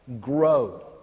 grow